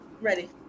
ready